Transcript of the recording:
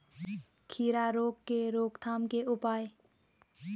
खीरा रोग के रोकथाम के उपाय?